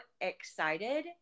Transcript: excited